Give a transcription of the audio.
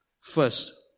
First